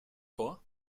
vor